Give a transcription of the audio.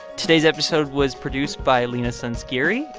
today's episode was produced by leena sanzgiri,